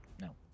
no